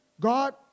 God